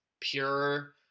pure